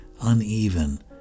uneven